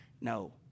no